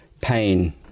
pain